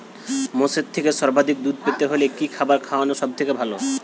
মোষের থেকে সর্বাধিক দুধ পেতে হলে কি খাবার খাওয়ানো সবথেকে ভালো?